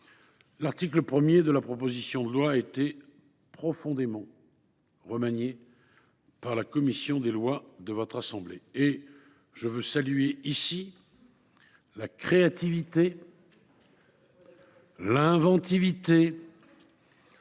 L’article 1 de la proposition de loi a été profondément remanié par la commission des lois de votre assemblée. Si je salue la créativité et l’inventivité